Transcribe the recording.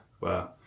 Wow